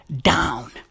down